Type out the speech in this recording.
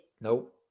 nope